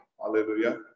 Hallelujah